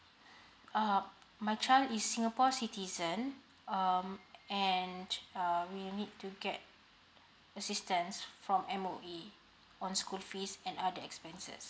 uh my child is singapore citizen um and um we'll need to get assistance from M_O_E on school fees and other expenses